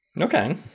Okay